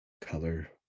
color